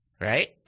right